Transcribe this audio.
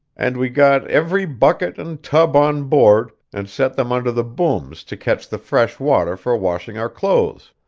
and we got every bucket and tub on board, and set them under the booms to catch the fresh water for washing our clothes.